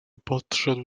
podszedł